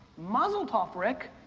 mazel tov, rick.